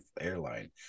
airline